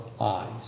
eyes